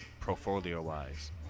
portfolio-wise